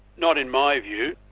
not in my view.